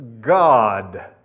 God